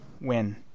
Win